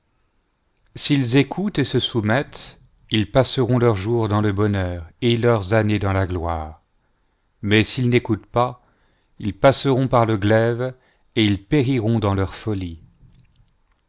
s'ils écoutent et se soumettent ils passeront leurs jours dans le bonheur et leurs années dans la gloire mais s'ils n'écoutent pas ils passeront par le glaive et ils périront dans leur folie